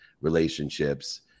relationships